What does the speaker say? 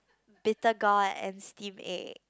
bitter gourd and steam egg